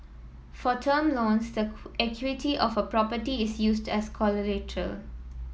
for term loans the equity of a property is used as collateral